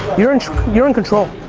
you're in you're in control